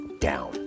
down